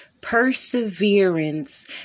perseverance